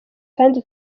kandi